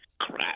crap